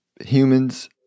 humans